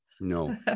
No